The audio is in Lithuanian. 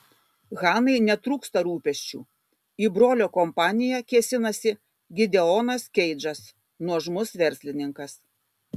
hanai netrūksta rūpesčių į brolio kompaniją kėsinasi gideonas keidžas nuožmus verslininkas